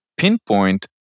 Pinpoint